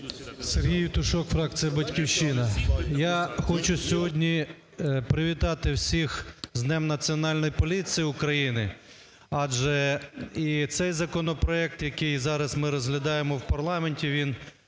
Сергій Євтушок, фракція "Батьківщина". Я хочу сьогодні привітати всіх з Днем Національної поліції України, адже і цей законопроект, який ми зараз розглядаємо в парламенті, він